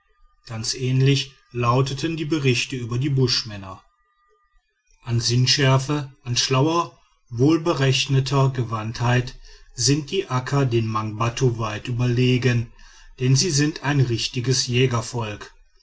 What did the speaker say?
ganz ähnlich lauten die berichte über die buschmänner an sinnenschärfe an schlauer wohlberechneter gewandtheit sind die akka den mangbattu weit überlegen denn sie sind ein richtiges